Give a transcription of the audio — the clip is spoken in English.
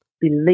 believe